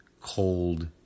cold